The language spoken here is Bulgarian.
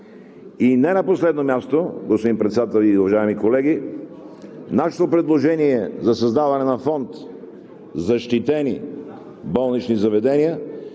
И не на последно място, господин Председател и уважаеми колеги, нашето предложение за създаване на фонд „Защитени болнични заведения“